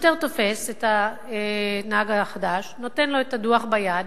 השוטר תופס את הנהג החדש, נותן לו את הדוח ביד,